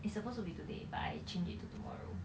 it's supposed to be today but I change it to tomorrow